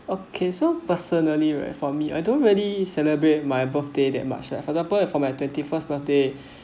okay so personally right for me I don't really celebrate my birthday that much like for example for my twenty first birthday